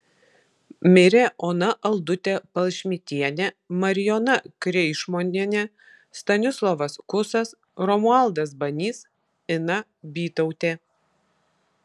mirė ona aldutė palšmitienė marijona kreišmonienė stanislovas kusas romualdas banys ina bytautė